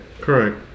correct